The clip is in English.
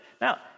Now